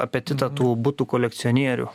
apetitą tų butų kolekcionierių